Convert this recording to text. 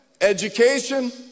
education